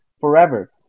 forever